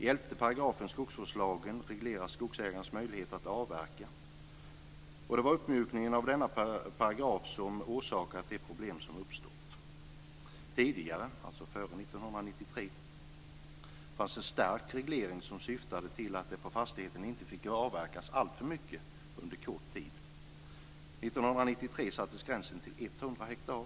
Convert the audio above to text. I 11 § skogsvårdslagen regleras skogsägarens möjligheter att avverka. Det var uppmjukningen av denna paragraf som orsakade de problem som uppstått. Tidigare - alltså före 1993 - fanns en stark reglering som syftade till att det på fastigheten inte fick avverkas alltför mycket under kort tid. 1993 sattes gränsen till 100 hektar.